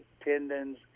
tendons